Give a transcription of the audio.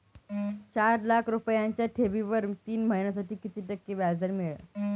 चार लाख रुपयांच्या ठेवीवर तीन महिन्यांसाठी किती टक्के व्याजदर मिळेल?